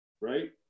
right